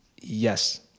Yes